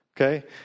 okay